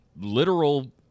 literal